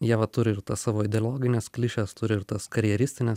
jie va turi ir tas savo ideologines klišes turi ir tas karjeristines